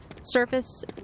surface